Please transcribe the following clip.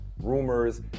rumors